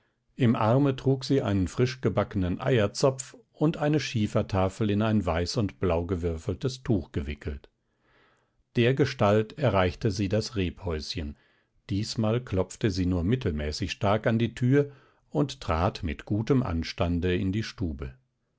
im arme trug sie einen frischgebackenen eierzopf und eine schiefertafel in ein weiß und blau gewürfeltes tuch gewickelt dergestalt erreichte sie das rebhäuschen diesmal klopfte sie nur mittelmäßig stark an die tür und trat mit gutem anstande in die stube